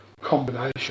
combination